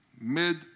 mid